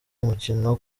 umukino